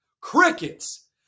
Crickets